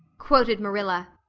quoted marilla.